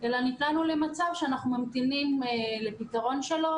אלא נקלענו למצב שאנחנו ממתינים לפתרון שלו,